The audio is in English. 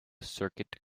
circuit